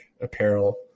apparel